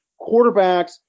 quarterbacks